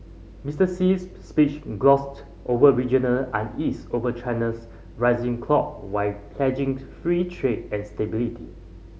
Mister Xi's speech glossed over regional unease over China's rising clout while pledging free trade and stability